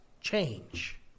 change